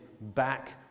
back